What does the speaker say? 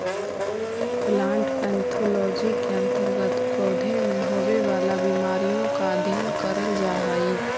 plant pathology के अंतर्गत पौधों में होवे वाला बीमारियों का अध्ययन करल जा हई